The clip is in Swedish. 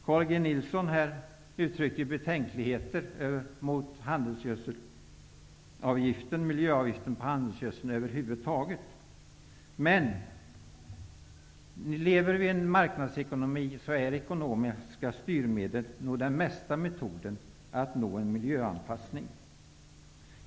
Carl G Nilsson uttryckte betänkligheter mot handelsgödselavgiften och miljöavgiften på handelsgödsel över huvud taget. Men i en marknadsekonomi är ekonomiska styrmedel den mest använda metoden för att nå en miljöanpassning.